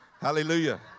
Hallelujah